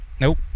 Nope